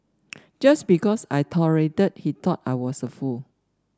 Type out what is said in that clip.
just because I tolerated he thought I was a fool